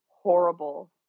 horrible